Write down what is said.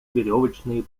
веревочные